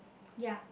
ya